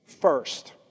first